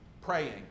praying